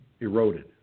eroded